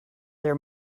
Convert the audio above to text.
their